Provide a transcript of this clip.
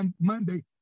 Monday